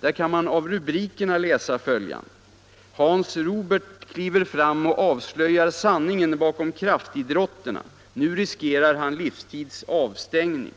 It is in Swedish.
Där kan man i rubriker och text läsa följande: ”Hans Rubert kliver fram och avslöjar sanningen bakom kraftidrotterna —- nu riskerar han livstids avstängning”